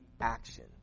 action